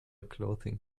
clothing